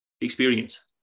experience